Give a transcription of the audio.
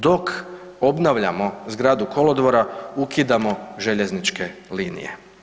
Dok obnavljamo zgradu kolodvora ukidamo željezničke linije.